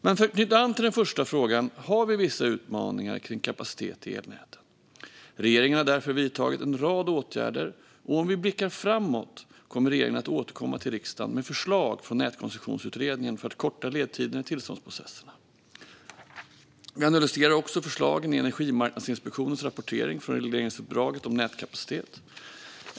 Men för att knyta an till den första frågan har vi vissa utmaningar kring kapacitet i elnäten. Regeringen har därför vidtagit en rad åtgärder, och om vi blickar framåt kommer regeringen att återkomma till riksdagen med förslag från nätkoncessionsutredningen för att korta ledtiderna i tillståndsprocesserna. Vi analyserar också förslagen i Energimarknadsinspektionens rapportering från regeringsuppdraget om nätkapacitet.